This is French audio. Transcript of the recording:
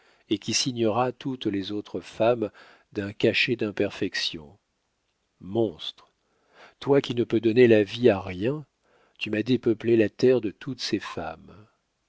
et qui signera toutes les autres femmes d'un cachet d'imperfection monstre toi qui ne peux donner la vie à rien tu m'as dépeuplé la terre de toutes ses femmes